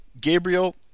Gabriel